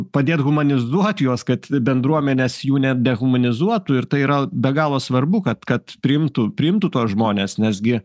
padėt humanizuot juos kad bendruomenės jų nedehumanizuotų ir tai yra be galo svarbu kad kad priimtų priimtų tuos žmones nes gi